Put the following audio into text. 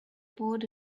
poured